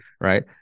right